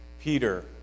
Peter